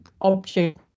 object